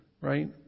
right